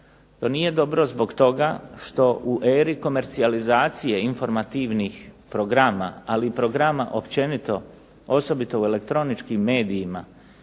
To nije dobro zbog toga što u eri komercijalizacije informativnih programa, ali i programa općenito osobito u elektroničkim medijima